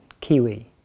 Kiwi